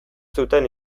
zuten